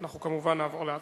אנחנו כמובן נעבור להצבעה.